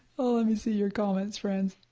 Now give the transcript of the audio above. oh let me see your comments, friends.